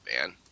man